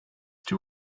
too